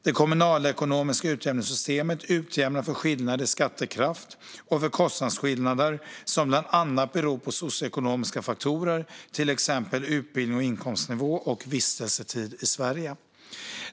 Det kommunalekonomiska utjämningssystemet utjämnar för skillnader i skattekraft och för kostnadsskillnader som bland annat beror på socioekonomiska faktorer, till exempel utbildnings och inkomstnivå och vistelsetid i Sverige.